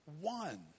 one